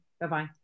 Bye-bye